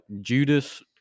Judas